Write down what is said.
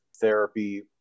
therapy